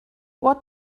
what